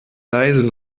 leise